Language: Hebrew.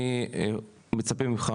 אני מצפה ממך,